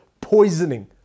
poisoning